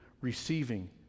receiving